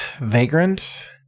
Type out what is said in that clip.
Vagrant